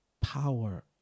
power